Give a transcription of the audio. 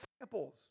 samples